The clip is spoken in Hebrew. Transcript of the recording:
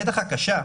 בטח הקשה,